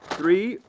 three,